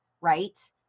right